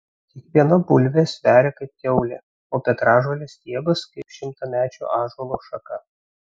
kiekviena bulvė sveria kaip kiaulė o petražolės stiebas kaip šimtamečio ąžuolo šaka